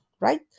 right